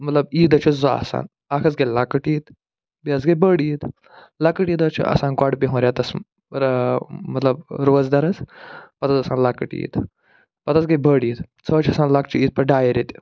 مطلب عیٖد حظ چھِ زٕ آسان اَکھ حظ گٔے لۄکٕٹ عیٖد بیٚیہِ حظ گٔے بٔڑ عیٖد لۄکٕٹ عیٖد حظ چھِ آسان گۄڈٕ بِہُن رٮ۪تَس مطلب روزدَر حظ پتہٕ ٲس آسان لۄکٕٹ عیٖد پتہٕ حظ گٔے بٔڑ عیٖد سۄ حظ چھِ آسان لۄکچہٕ عیٖد پَتہٕ ڈایہِ ریٚتۍ